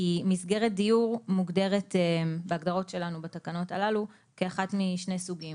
כי מסגרת דיור מוגדרת בהגדרות שלנו בתקנות הללו כאחת משני סוגים,